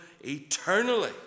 eternally